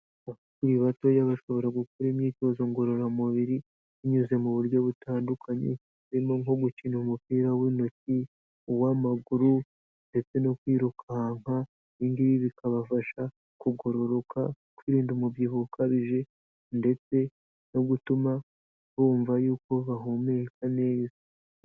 Abakiri batoya bashobora gukora imyitozo ngororamubiri, binyuze mu buryo butandukanye harimo nko gukina umupira w'intoki, uw'amaguru ndetse no kwirukanka, ibi ngibi bikabafasha kugororoka, kwirinda umubyibuho ukabije ndetse no gutuma bumva yuko bahumeka neza.